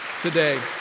today